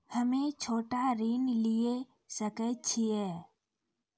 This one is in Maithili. हम्मे छोटा ऋण लिये सकय छियै?